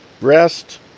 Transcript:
rest